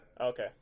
Okay